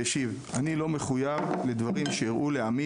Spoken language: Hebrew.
והשיב: אני לא מחויב לדברים שאירעו לעמי